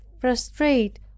frustrate